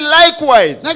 likewise